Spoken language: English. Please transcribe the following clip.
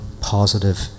positive